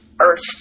earth